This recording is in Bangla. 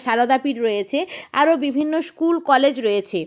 সারদাপীঠ রয়েছে আরো বিভিন্ন স্কুল কলেজ রয়েছে